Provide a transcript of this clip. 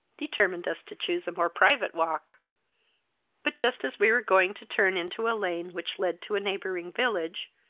determined us to choose a more private walk but, just as we were going to turn into a lane which led to a neighbouring village,